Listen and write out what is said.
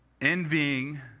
Envying